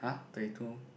they do